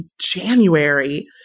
January